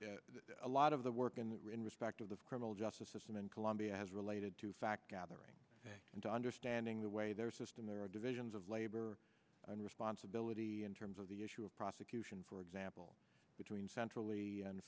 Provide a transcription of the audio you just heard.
to a lot of the work in the respect of the criminal justice system in colombia as related to fact gathering and understanding the way their system there are divisions of labor and responsibility in terms of the issue of prosecution for example between centrally an